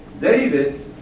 David